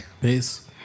Peace